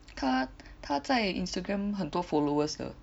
她她在 Instagram 很多 followers 的